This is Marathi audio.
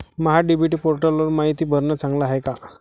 महा डी.बी.टी पोर्टलवर मायती भरनं चांगलं हाये का?